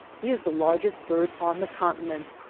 he is the largest bird on the conti nent.